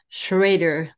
schrader